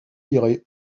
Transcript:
lirez